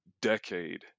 decade